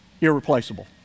irreplaceable